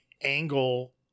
angle